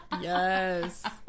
Yes